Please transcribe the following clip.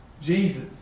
Jesus